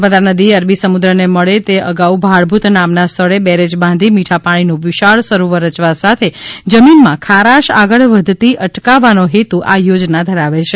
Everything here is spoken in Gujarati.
નર્મદા નદી અરબી સમુદ્રને મળે તે અગાઉ ભાડભૂત નામના સ્થળે બરજ બાંધી મીઠા પાણીનું વિશાળ સરોવર રચવા સાથે જમીનમાં ખારાશ આગળ વધતી અટકવાનો હેતુ આ યોજના ધરાવે છે